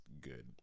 good